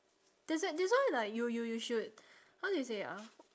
that's w~ that's why like you you you should how do you say ah